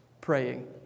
praying